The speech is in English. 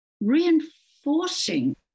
reinforcing